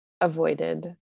avoided